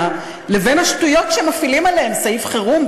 לבין השטויות שמפעילים עליהן סעיף חירום.